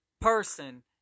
person